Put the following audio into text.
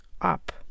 up